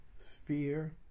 fear